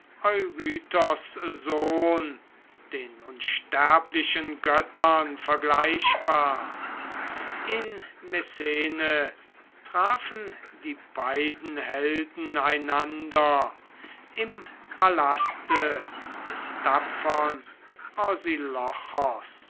sohn den unsterblichen göttern vergleichbar in messene trafen die beiden helden einander im palaste des tapfern